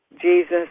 Jesus